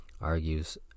argues